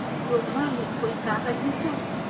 लोनमा ले कोई कागज भी चाही?